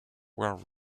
were